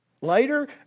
Later